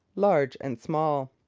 large and small.